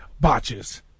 botches